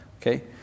okay